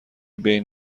بین